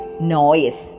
noise